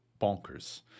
bonkers